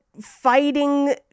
fighting